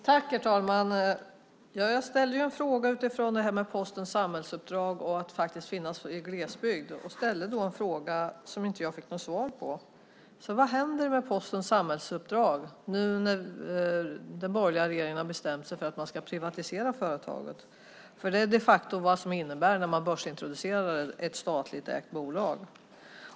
Herr talman! Jag ställde en fråga utifrån detta med Postens samhällsuppdrag och att den ska finnas i glesbygd, men jag fick inte något svar. Vad händer med Postens samhällsuppdrag när den borgerliga regeringen nu har bestämt sig för att privatisera företaget? Det är de facto vad det innebär när man börsintroducerar ett statligt ägt bolag.